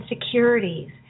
insecurities